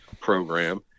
program